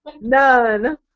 none